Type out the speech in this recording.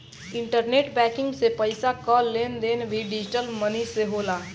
internet banking से पईसा कअ लेन देन भी डिजटल मनी से होला